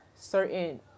certain